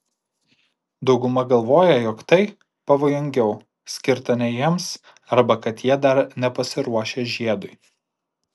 dauguma galvoja jog tai pavojingiau skirta ne jiems arba kad jie dar nepasiruošę žiedui